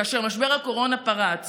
כאשר משבר הקורונה פרץ